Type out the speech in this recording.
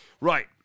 Right